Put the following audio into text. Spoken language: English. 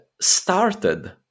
started